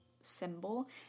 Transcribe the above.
symbol